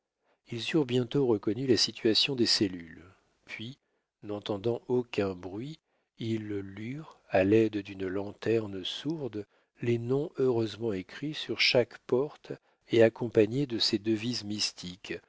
ils eurent bientôt reconnu la situation des cellules puis n'entendant aucun bruit ils lurent à l'aide d'une lanterne sourde les noms heureusement écrits sur chaque porte et accompagnés de ces